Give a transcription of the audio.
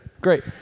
Great